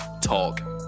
Talk